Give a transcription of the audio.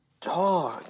Dog